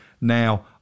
Now